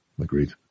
Agreed